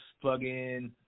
plug-in